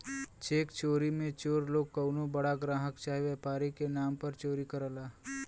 check चोरी मे चोर लोग कउनो बड़ा ग्राहक चाहे व्यापारी के नाम पर चोरी करला